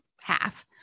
half